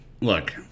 Look